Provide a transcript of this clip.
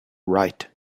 write